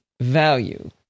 value